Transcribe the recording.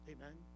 Amen